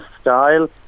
style